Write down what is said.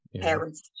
parents